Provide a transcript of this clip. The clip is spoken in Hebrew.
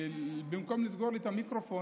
במקום לסגור לי את המיקרופון,